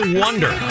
wonder